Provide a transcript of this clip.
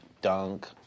Dunk